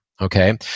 Okay